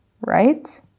right